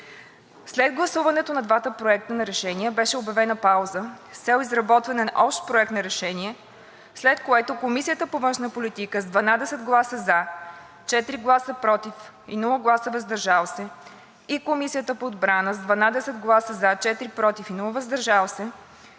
След гласуването на двата проекта на решение беше обявена пауза с цел изработване на общ проект на решение, след която Комисията по външна политика с 12 гласа „за“, 4 гласа „против“ и без „въздържал се“ и Комисията по отбрана с 12 гласа „за“, 4 гласа „против“ и без „въздържал се“